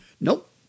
Nope